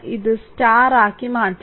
ഇത് സ്റ്റാർ ആക്കി മാറ്റണം